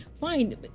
fine